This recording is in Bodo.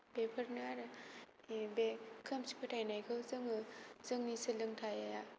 बेफोरनो आरो बे खोमसि फोथायनायखौ जोङो जोंनि सोलोंथाया